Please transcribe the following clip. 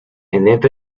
and